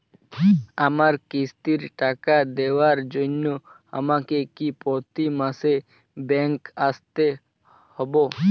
আমার কিস্তির টাকা দেওয়ার জন্য আমাকে কি প্রতি মাসে ব্যাংক আসতে হব?